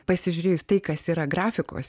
pasižiūrėjus tai kas yra grafikos